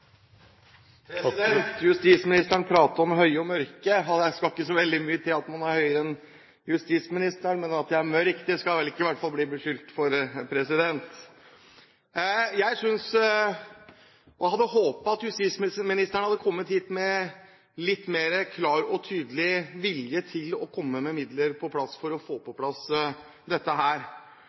Justisministeren pratet om høye og mørke. Det skal ikke så mye til at man er høyere enn justisministeren, men at jeg er mørk, kan jeg i hvert fall ikke bli beskyldt for! Jeg hadde håpet at justisministeren hadde kommet hit med litt mer klar og tydelig vilje til å komme med midler for å få på plass dette.